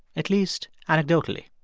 at least anecdotally